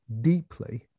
deeply